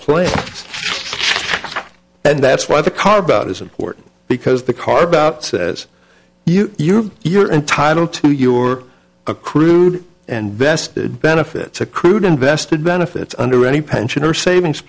places and that's why the carb out is important because the carb out says you your you're entitled to your accrued and best benefits accrued invested benefits under any pension or savings